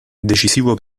decisivo